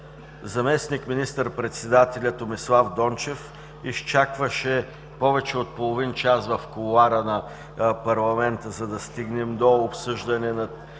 заместник министър-председателят Томислав Дончев изчакваше повече от половин час в кулоарите на парламента, за да стигнем до обсъждане на